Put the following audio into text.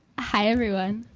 hi, everyone.